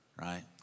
right